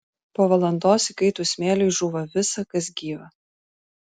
po valandos įkaitus smėliui žūva visa kas gyva